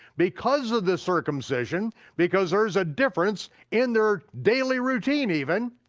because of the circumcision because there's a difference, in their daily routine even,